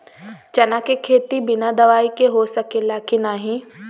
चना के खेती बिना दवाई के हो सकेला की नाही?